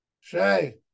Shay